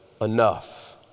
enough